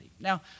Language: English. Now